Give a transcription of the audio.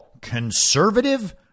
conservative